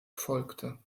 folgte